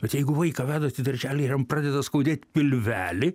bet jeigu vaiką vedat į darželį ir jam pradeda skaudėt pilvelį